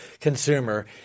consumer